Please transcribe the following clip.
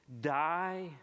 die